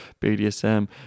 bdsm